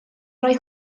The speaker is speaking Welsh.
rhoi